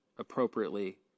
appropriately